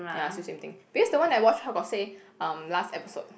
ya still same thing because the one that I watch still got say um last episode